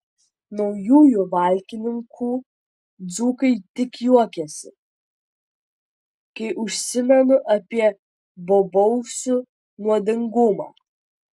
naujųjų valkininkų dzūkai tik juokiasi kai užsimenu apie bobausių nuodingumą